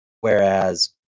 Whereas